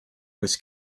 was